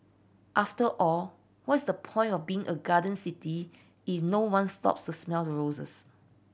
after all what's the point of being a garden city if no one stops smell the roses